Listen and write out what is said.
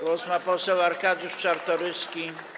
Głos ma poseł Arkadiusz Czartoryski.